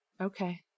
okay